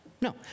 no